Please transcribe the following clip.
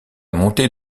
montée